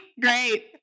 great